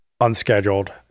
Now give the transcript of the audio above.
unscheduled